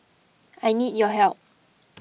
I need your help